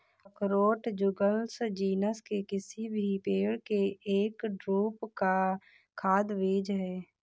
अखरोट Juglans genus के किसी भी पेड़ के एक ड्रूप का खाद्य बीज है